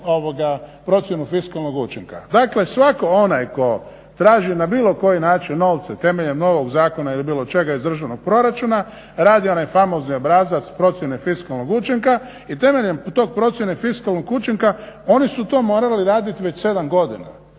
procjenu fiskalnog učinka. Dakle, svak onaj tko traži na bilo koji način novce temeljem novog zakona ili bilo čega iz državnog proračuna radi onaj famozni obrazac procjene fiskalnog učinka i temeljem te procjene fiskalnog učinka oni su to morali raditi već 7 godina.